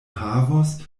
havos